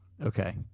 Okay